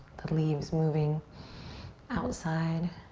the leaves moving outside.